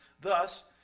Thus